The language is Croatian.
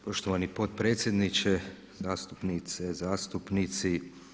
Poštovani potpredsjedniče, zastupnice, zastupnici.